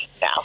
Now